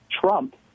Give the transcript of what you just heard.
Trump